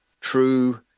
true